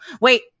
Wait